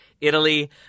Italy